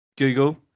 Google